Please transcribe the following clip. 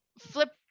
flip